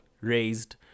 raised